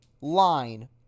line